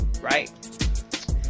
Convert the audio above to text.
right